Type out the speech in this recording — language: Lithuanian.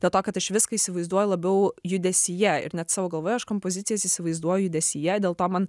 dėl to kad aš viską įsivaizduoju labiau judesyje ir net savo galvoje aš kompozicijas įsivaizduoju judesyje dėl to man